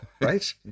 right